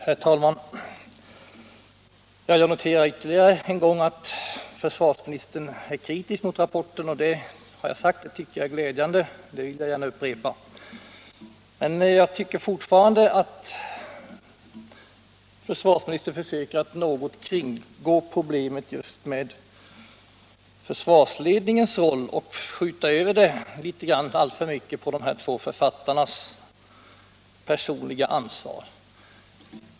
Herr talman! Jag noterar ännu en gång att försvarsministern är kritisk mot rapporten och att detta är glädjande. Det vill jag gärna upprepa. Jag tycker dock fortfarande att försvarsministern något försöker kringgå problemet med försvarsledningens roll och skjuta över ansvaret alltför mycket på de två författarna personligen.